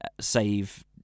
save